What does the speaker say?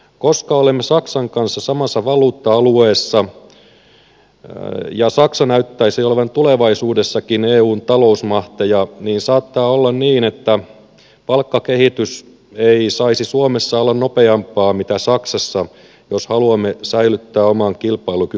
koska olemme saksan kanssa samassa valuutta alueessa ja saksa näyttäisi olevan tulevaisuudessakin eun talousmahteja saattaa olla niin että palkkakehitys ei saisi suomessa olla nopeampaa mitä saksassa jos haluamme säilyttää oman kilpailukykymme